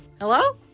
Hello